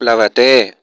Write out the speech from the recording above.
प्लवते